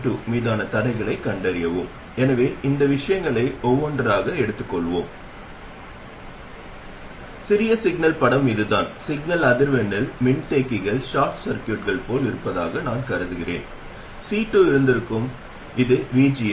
இப்போது பின்னூட்டத்தால் கட்டுப்படுத்தப்படும் அளவு வடிகால் மற்றும் iovi 1R1 என்றால் gmR1 1 இல் உள்ள சிறிய சமிக்ஞை அதிகரிக்கும் மின்னோட்டமாகும் இந்த குறிப்பிட்ட சுற்றுவட்டத்தில் இந்த io RD மற்றும் RL க்கு இடையில் பிரிக்கிறது இது அவற்றின் மதிப்புகளின் தலைகீழ் விகிதமாகும்